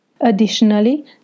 Additionally